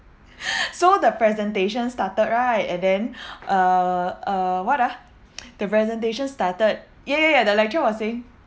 so the presentation started right and then uh err what ah the presentation started ya ya ya the lecturer was saying